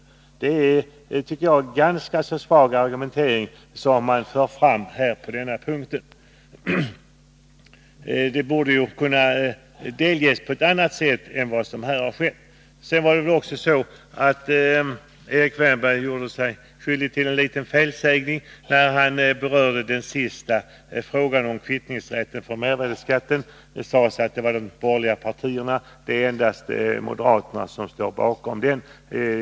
Jag tycker alltså att det är en ganska svag argumentering som förs fram på denna punkt. Det borde kunna lämnas andra uppgifter än vad som här har skett. Erik Wärnberg gjorde sig väl också skyldig till en liten felsägning när han berörde frågan om kvittningsrätten för mervärdeskatten. Han sade att det var de borgerliga partierna som står bakom förslaget, men det är endast moderaterna.